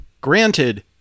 Granted